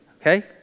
Okay